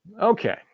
Okay